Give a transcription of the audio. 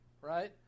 right